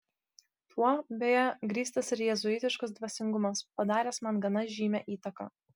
tuo beje grįstas ir jėzuitiškas dvasingumas padaręs man gana žymią įtaką